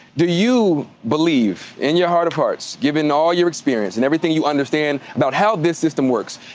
do you believe in your heart of hearts, given all your experience and everything you understand about how this system works.